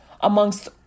amongst